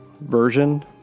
version